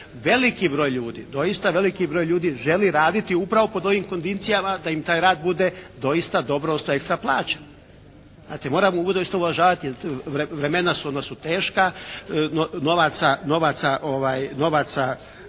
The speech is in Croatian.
Veliki broj ljudi, doista veliki broj ljudi želi raditi upravo pod ovim …/Govornik se ne razumije./… da im taj rad bude doista dobro, ekstra plaćen. Znate, moramo ubuduće zaista uvažavati, vremena su teška, novaca